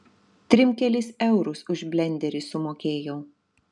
trim kelis eurus už blenderį sumokėjau